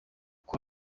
kwa